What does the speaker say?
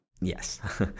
Yes